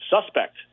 suspect